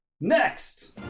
Next